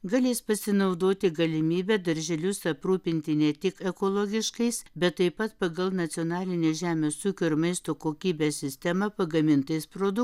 galės pasinaudoti galimybe darželius aprūpinti ne tik ekologiškais bet taip pat pagal nacionalinės žemės ūkio ir maisto kokybės sistemą pagamintais produ